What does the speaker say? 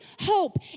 hope